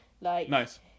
Nice